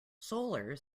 solar